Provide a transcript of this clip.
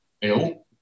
ill